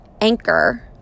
Anchor